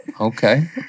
Okay